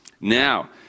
Now